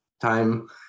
time